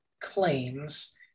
claims